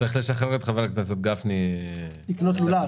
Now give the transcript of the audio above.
צריך לשחרר את חבר הכנסת גפני לקנות לולב.